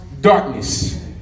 darkness